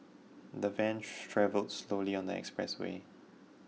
the van travelled slowly on the expressway